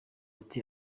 ati